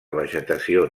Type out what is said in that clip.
vegetació